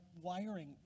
wiring